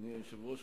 אדוני היושב-ראש,